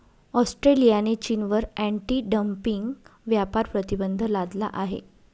ऑस्ट्रेलियाने चीनवर anti dumping व्यापार प्रतिबंध लादला आहे